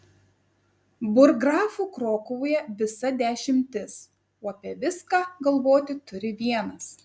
burggrafų krokuvoje visa dešimtis o apie viską galvoti turi vienas